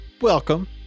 welcome